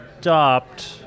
stopped